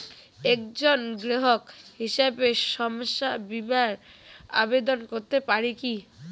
একজন গ্রাহক হিসাবে স্বাস্থ্য বিমার আবেদন করতে পারি কি?